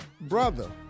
Brother